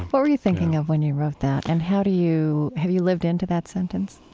what were you thinking of when you wrote that? and how do you have you lived into that sentence?